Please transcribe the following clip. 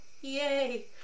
yay